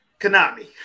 Konami